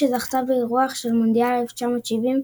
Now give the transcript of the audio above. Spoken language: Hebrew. שזכתה באירוח של מונדיאל 1970,